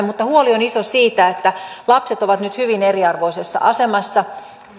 mutta huoli on iso siitä että lapset ovat nyt hyvin eriarvoisessa asemassa